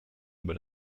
über